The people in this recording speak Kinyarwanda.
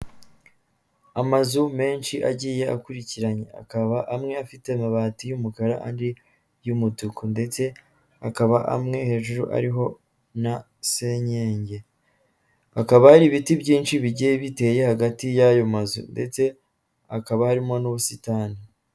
Amazu menshi agiye akurikinye, akaba amwe afite amabati y'umukara andi y'umutuku ndetse akaba amwe hejuru ariho na senyenge, hakaba hari ibiti byinshi bigiye biteye hagati y'ayo mazu ndetse hakaba harimo n'ubusitani.